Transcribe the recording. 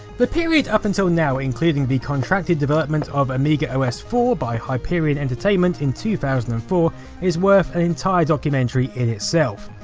the period up until now including the contracted development of amiga o s four by hyperion entertainment in two thousand and four is worth an entire documentary in itself.